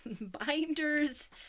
binders